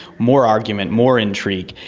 more argument, more intrigue,